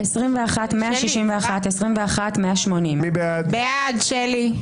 21,321 עד 21,340. מי בעד?